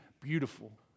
beautiful